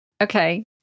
Okay